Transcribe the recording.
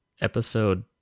episode